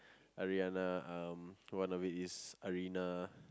Ariana um one of it is Arina